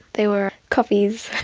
they were copies.